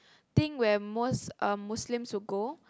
thing where most muslims would go